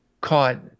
caught